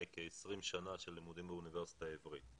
כ-20 שנה של לימודים באוניברסיטה העברית.